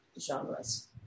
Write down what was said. genres